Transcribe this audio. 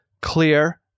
clear